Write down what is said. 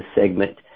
segment